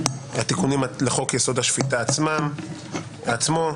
התיקונים לחוק-יסוד: השפיטה עצמו,